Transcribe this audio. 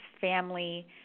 family